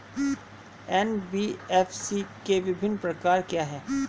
NBFC के विभिन्न प्रकार क्या हैं?